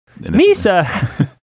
Misa